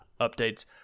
Updates